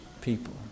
People